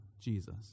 Jesus